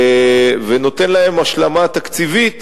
ונותן להן השלמה תקציבית